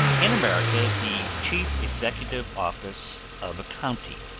in america the chief executive officer of a county,